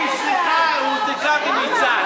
אני, סליחה, הוא, מניצן.